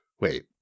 Wait